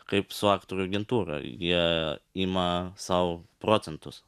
kaip su aktorių agentūra jie ima sau procentus